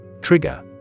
Trigger